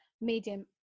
medium